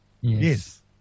Yes